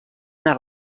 una